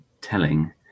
telling